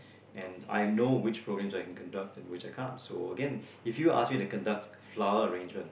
and I know which programs I can conduct and which I can't so again if you asked me to conduct flower arrangement